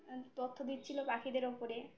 তথ্য দিচ্ছিল পাখিদের ওপরে